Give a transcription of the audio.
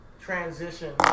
transition